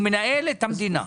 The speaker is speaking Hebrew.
הוא מנהל את המדינה.